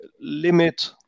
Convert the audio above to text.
limit